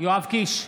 יואב קיש,